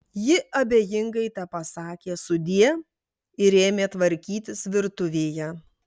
ji abejingai tepasakė sudie ir ėmė tvarkytis virtuvėje